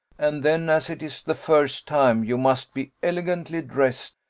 and then, as it is the first time, you must be elegantly dressed,